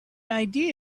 idea